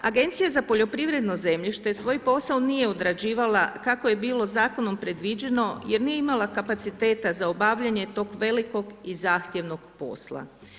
Agencija za poljoprivredno zemljište svoj posao nije odrađivala kako je bilo zakonom predviđeno jer nije imala kapaciteta za obavljanje tog velikog i zahtjevnog posla.